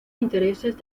intereses